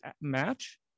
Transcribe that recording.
match